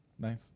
nice